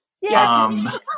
Yes